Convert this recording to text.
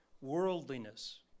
worldliness